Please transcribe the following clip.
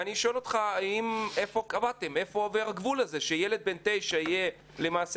אני שואל אותך איפה עובר הגבול הזה שילד בן תשע יהיה למעשה